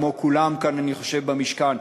כמו כולם כאן במשכן,